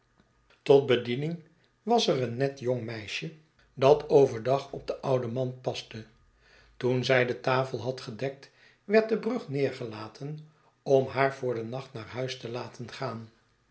tot bediening was er een net jong meisje dat over dag op den ouden man paste toen zij de tafel had gedekt werd de brug neergelaten om haar voor den nacht naar huis te laten gaan